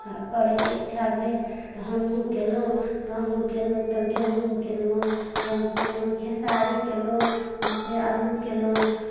करैके इच्छा भेल तऽ हमहूँ कयलहुँ तऽ हमहूँ कयलहुँ तऽ गेहुँम कयलहुँ तहनसँ खेसारी कयलहुँ तहनसँ अल्लू कयलहुँ